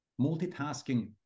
Multitasking